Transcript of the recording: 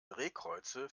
drehkreuze